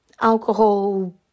alcohol